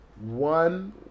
one